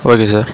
okay sir